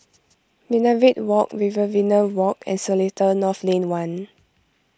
Minaret Walk Riverina Walk and Seletar North Lane one